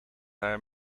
haar